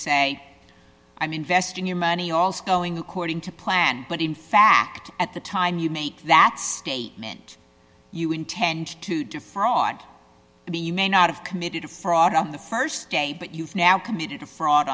say i'm investing your money also going according to plan but in fact at the time you make that statement you intend to defraud b you may not have committed a fraud on the st day but you've now committed a fraud